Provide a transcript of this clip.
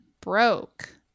Broke